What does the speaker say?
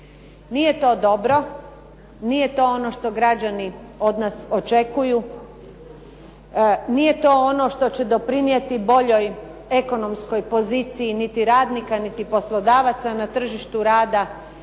Nije to dobro, nije to ono što građani od nas očekuju, nije to ono što će doprinijeti boljoj ekonomskoj poziciji niti radnika, niti poslodavaca na tržištu rada,